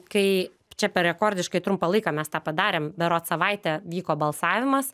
kai p čia per rekordiškai trumpą laiką mes tą padarėm berods savaitę vyko balsavimas